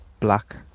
black